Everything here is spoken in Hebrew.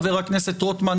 חבר הכנסת רוטמן,